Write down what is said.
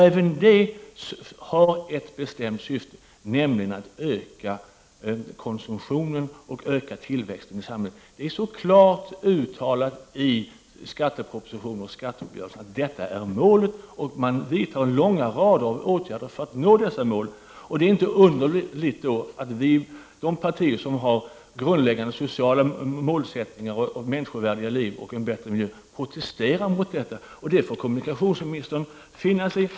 Även detta har ett bestämt syfte, nämligen att öka konsumtionen och tillväxten i samhället. Det är så klart uttalat i skattepropositionen och i skatteuppgörelsen att detta är målet. Och långa rader av åtgärder vidtas för att dessa mål skall kunna uppnås. Det är då inte underligt att de partier som har grundläggande sociala målsättningar om människovärdiga liv och en bättre miljö protesterar mot detta. Och det får kommunikationsministern finna sig i.